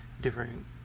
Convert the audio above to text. different